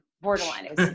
Borderline